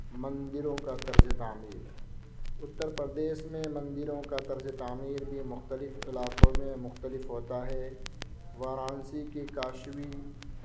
مندروں کا طرز تعمیر اترپردیش میں مندروں کا طرز تعمیر بھی مختلف علاقوں میں مختلف ہوتا ہے وارانسی کی کاشوی